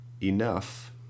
enough